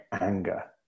anger